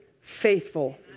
faithful